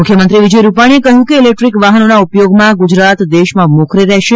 મુખ્યમંત્રી વિજય રૂપાણીએ કહ્યું હતું કે ઇલેક્ટ્રીક વાહનોના ઉપયોગમાં ગુજરાત દેશમાં મોખરે રહેશે